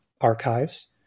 Archives